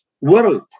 world